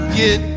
get